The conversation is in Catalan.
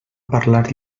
parlar